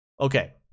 Okay